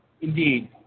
Indeed